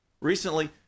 Recently